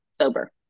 sober